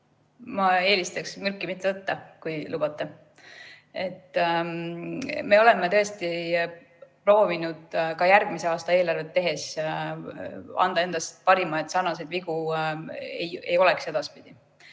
Ma eelistaks mürki mitte võtta, kui lubate. Me oleme tõesti proovinud ka järgmise aasta eelarvet tehes anda endast parima, et sarnaseid vigu edaspidi